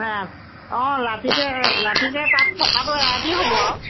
অঁ ৰাতিকে ৰাতিকে তাত থকাটো এৰাতিয়ে হ'ব আৰু